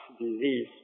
disease